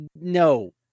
no